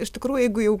iš tikrųjų jeigu jau